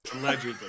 Allegedly